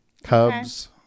Cubs